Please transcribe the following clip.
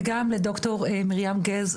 וגם לד"ר מרים גז,